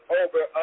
over